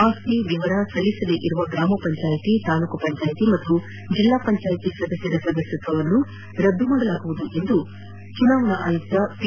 ಆಸ್ತಿ ವಿವರ ಸಲ್ಲಿಸದ ಗ್ರಾಮ ಪಂಚಾಯತ್ ತಾಲೂಕು ಪಂಚಾಯತ್ ಹಾಗೂ ಜಿಲ್ಲಾ ಪಂಚಾಯತ್ ಸದಸ್ಯರ ಸದಸ್ಯತ್ವವನ್ನು ರದ್ದು ಮಾಡಲಾಗುವುದು ಎಂದು ಚುನಾವಣಾ ಆಯುಕ್ತ ಪಿ